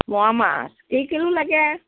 মোৱা মাছ কেই কিল' লাগে